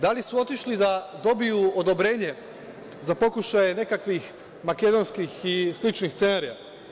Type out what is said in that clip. Da li su otišli da dobiju odobrenje za pokušaje nekakvih makedonskih i sličnih scenarija?